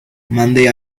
mandé